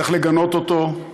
צריך לגנות אותו,